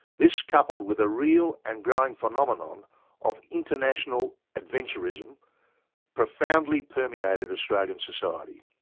this, coupled with a real and growing phenomenon of international adventurism profoundly permeated australian society.